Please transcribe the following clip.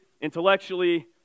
intellectually